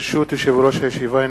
ברשות יושב-ראש הישיבה,